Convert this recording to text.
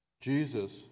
Jesus